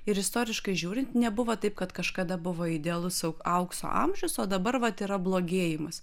ir istoriškai žiūrint nebuvo taip kad kažkada buvo idealus aukso amžius o dabar vat yra blogėjimas